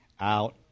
out